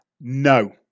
No